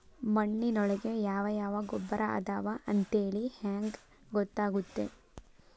ಮಣ್ಣಿನೊಳಗೆ ಯಾವ ಯಾವ ಗೊಬ್ಬರ ಅದಾವ ಅಂತೇಳಿ ಹೆಂಗ್ ಗೊತ್ತಾಗುತ್ತೆ?